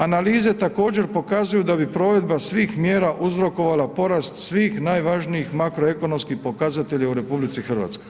Analize također pokazuju da bi provedba svih mjera uzrokovala porast svih najvažnijih makroekonomskih pokazatelja u RH.